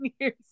years